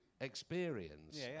experience